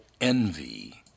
envy